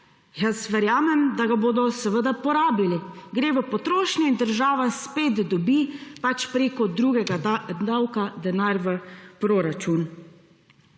več, verjamem, da ga bodo seveda porabili. Gre v potrošnjo in država spet dobi, pač preko drugega davka, denar v proračun.